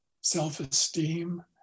self-esteem